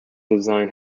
design